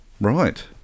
right